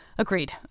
agreed